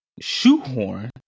shoehorn